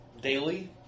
daily